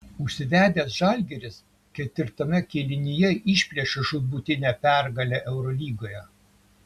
užsivedęs žalgiris ketvirtame kėlinyje išplėšė žūtbūtinę pergalę eurolygoje